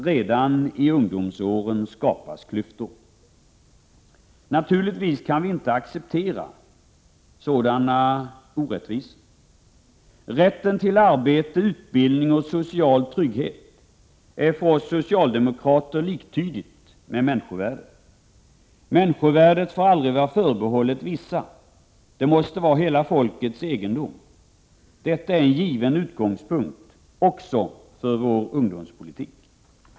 Redan i ungdomsåren skapas klyftor. Naturligtvis kan vi inte acceptera sådana orättvisor. Rätten till arbete, utbildning och social trygghet är för oss socialdemokrater liktydigt med människovärde. Människovärdet får aldrig vara förbehållet vissa. Det måste vara hela folkets egendom. Detta är en given utgångspunkt, också för vår ungdomspolitik.